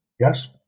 Yes